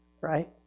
right